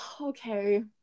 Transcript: okay